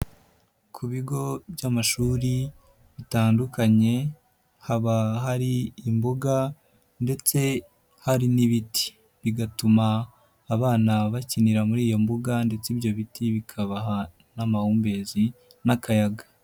Ku bigo by'amashuri bitandukanye haba hari imbuga ndetse hari n'ibiti bigatuma abana bakinira muri iyo mbuga ndetse ibyo biti bikabaha n'amahumbezi n'akayaga.